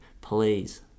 please